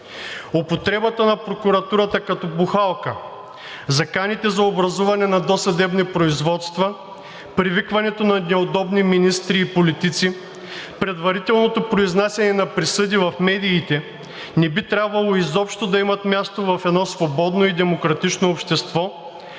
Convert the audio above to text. Употребата на прокуратурата като бухалка, заканите за образуване на досъдебни производства, привикването на неудобни министри и политици, предварителното произнасяне на присъди в медиите не би трябвало изобщо да имат място в едно свободно и демократично общество,